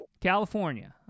california